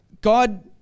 God